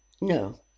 No